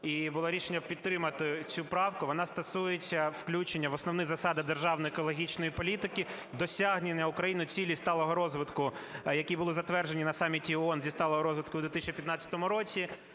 і було рішення підтримати цю правку. Вона стосується включення в Основні засади державної екологічної політики досягнення Україною Цілей сталого розвитку, які були затверджені на Саміті ООН зі сталого розвитку у 2015 році.